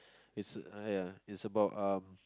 it's uh ya it's about um